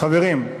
חברים,